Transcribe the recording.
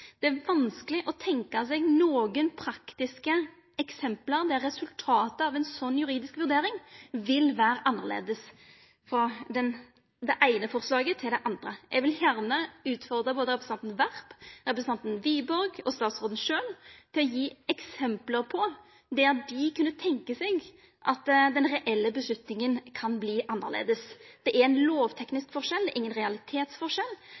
Det er vanskeleg å tenkja seg nokon praktiske eksempel der resultatet av ei sånn juridisk vurdering vil vera annleis frå det eine forslaget til det andre. Eg vil gjerne utfordra både representanten Werp, representanten Wiborg og statsråden sjølv til å gje eksempel, der dei kan tenkja seg at den reelle avgjerda vil verta annleis. Det er ein lovteknisk forskjell, det er ingen realitetsforskjell.